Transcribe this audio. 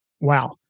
wow